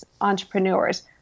entrepreneurs